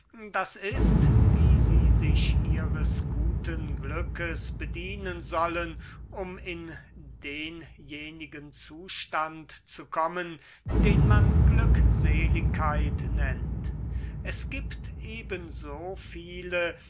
sind oder wie sie sich ihres guten glückes bedienen sollen um in denjenigen zustand zu kommen den man glückseligkeit nennt es gibt eben so viele